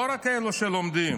לא רק אלו שלומדים,